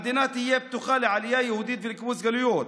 המדינה תהיה פתוחה לעלייה יהודית ולקיבוץ גלויות.